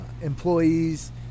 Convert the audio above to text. employees